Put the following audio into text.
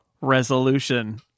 resolution